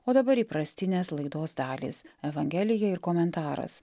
o dabar įprastinės laidos dalys evangelija ir komentaras